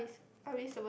are we supposed